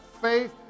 faith